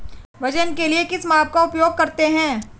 वजन के लिए किस माप का उपयोग करते हैं?